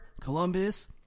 Columbus